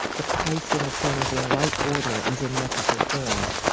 the placing of things in right order as in metrical form.